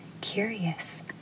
curious